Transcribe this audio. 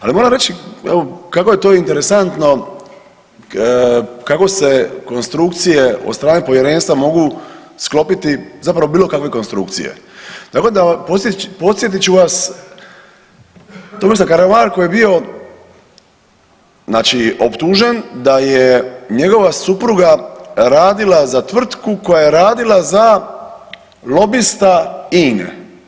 Ali, moram reći, evo, kako je to interesantno, kako se konstrukcije od strane Povjerenstva mogu sklopiti zapravo bilo kakve konstrukcije, tako da, podsjetit ću vas, Tomislav Karamarko je bio znači optužen da je njegova supruga radila za tvrtku koja je radila za lobista INA-e.